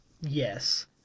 Yes